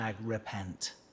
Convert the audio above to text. repent